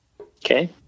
Okay